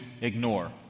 ignore